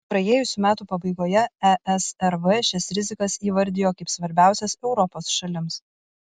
praėjusių metų pabaigoje esrv šias rizikas įvardijo kaip svarbiausias europos šalims